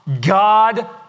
God